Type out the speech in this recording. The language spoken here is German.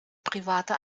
private